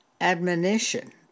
admonition